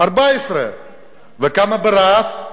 14,000. כמה ברהט?